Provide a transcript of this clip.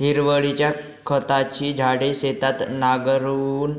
हिरवळीच्या खताची झाडे शेतात नांगरून